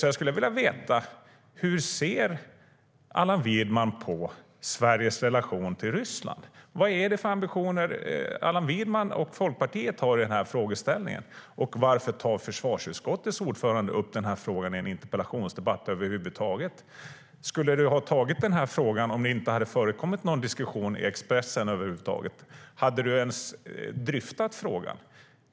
Jag skulle vilja veta hur Allan Widman ser på Sveriges relation till Ryssland. Vad är det för ambitioner Allan Widman och Folkpartiet har i den här frågan, och varför tar försvarsutskottets ordförande över huvud taget upp den här frågan i en interpellationsdebatt? Skulle du ha ställt den här frågan om det inte hade förekommit någon diskussion i Expressen, Allan Widman? Hade du ens dryftat frågan då?